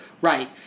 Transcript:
right